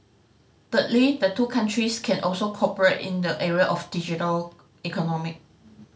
thirdly the two countries can also cooperate in the area of the digital economy